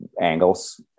angles